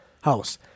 house